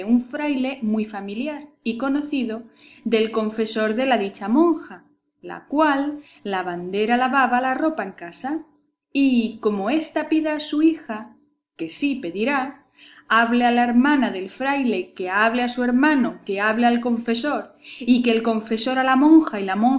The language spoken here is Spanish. un fraile muy familiar y conocido del confesor de la dicha monja la cual lavandera lavaba la ropa en casa y como ésta pida a su hija que sí pedirá hable a la hermana del fraile que hable a su hermano que hable al confesor y el confesor a la monja y la monja